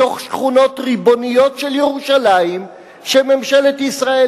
בתוך שכונות ריבוניות של ירושלים שממשלת ישראל